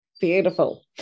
Beautiful